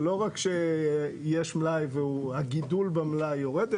זה לא רק שיש מלאי והגידול במלאי יורד,